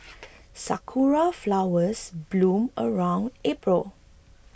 sakura flowers bloom around April